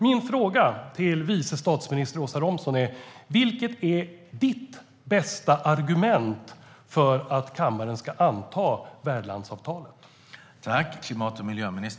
Min fråga till vice statsminister Åsa Romson är: Vilket är ditt bästa argument för att kammaren ska anta värdlandsavtalet?